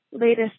latest